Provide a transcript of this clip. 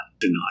tonight